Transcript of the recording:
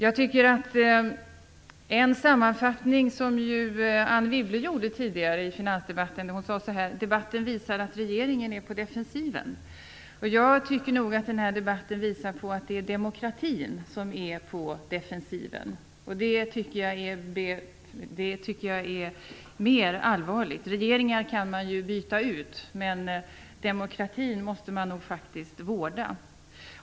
Anne Wibble gjorde i finansdebatten tidigare sammanfattningen att debatten visar att regeringen är på defensiven. Jag tycker att den här debatten visar att det är demokratin som är på defensiven. Det tycker jag är allvarligare. Regeringar kan man ju byta ut, men demokratin måste man nog faktiskt vårda.